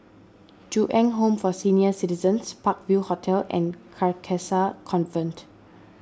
Ju Eng Home for Senior Citizens Park View Hotel and Carcasa Convent